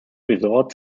resort